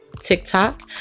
TikTok